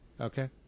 okay